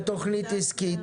ותוכנית עסקית.